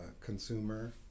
consumer